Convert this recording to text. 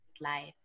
life